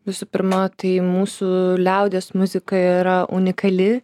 visų pirma tai mūsų liaudies muzika yra unikali